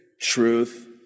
truth